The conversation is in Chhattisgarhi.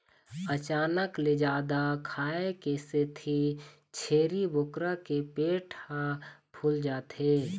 अचानक ले जादा खाए के सेती छेरी बोकरा के पेट ह फूल जाथे